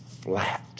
flat